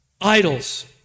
idols